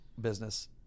business